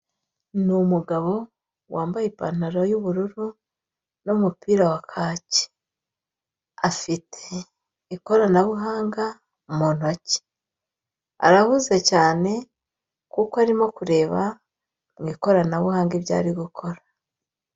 Ni umugabo wambaye ipantaro y'ububruru n'umupira wa kacye. Afite ikoranabuhanga mu ntoki, arahuze cyane kuko arimo kureba mu ikoranabuhanga ibyo ari gukora.